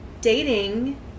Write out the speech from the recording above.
dating